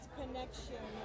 connection